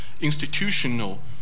institutional